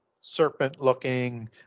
serpent-looking